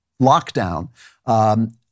lockdown